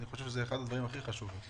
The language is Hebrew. אני חושב שזה אחד הדברים הכי חשובים.